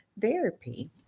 therapy